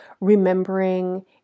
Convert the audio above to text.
remembering